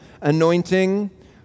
anointing